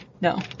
No